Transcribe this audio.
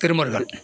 Thirumarugal